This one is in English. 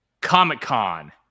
Comic-Con